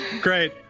Great